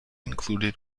included